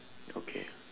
okay